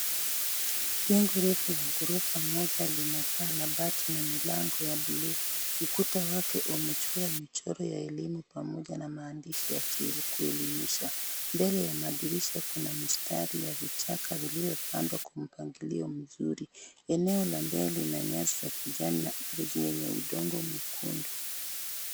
Jengo refu la ghorofa moja linapaa la bati na milango ya bluu, ukuta wake umechora michoro ya elimu pamoja na maandishi ya kuelimisha mbele ya madirisha kuna mistari ya vichaka vilivyopandwa kwa mpangilio mzuri eneo la mbele lina nyasi ya kijani na ardhi yenye udongo mwekundu.